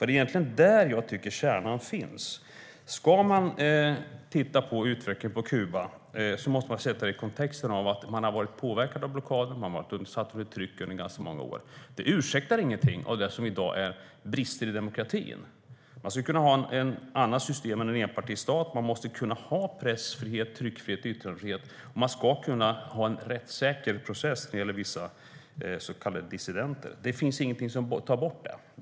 Det är egentligen där jag tycker att kärnan finns. Ska man titta på utvecklingen på Kuba måste man sätta in den i dess kontext. Man har varit påverkad av blockaden och under tryck i ganska många år. Det ursäktar ingenting av dagens brister i demokratin. Man skulle kunna ha ett annat system än en enpartistat. Man måste kunna ha pressfrihet, tryckfrihet och yttrandefrihet, och man ska kunna ha en rättssäker process när det gäller vissa så kallade dissidenter. Det finns ingenting som tar bort det.